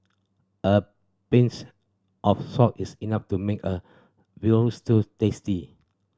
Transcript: a pinch of salt is enough to make a veal stew tasty